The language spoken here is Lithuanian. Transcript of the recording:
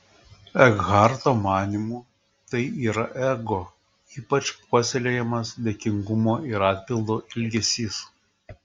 ekharto manymu tai yra ego ypač puoselėjamas dėkingumo ir atpildo ilgesys